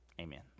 amen